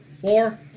Four